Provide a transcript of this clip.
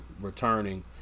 Returning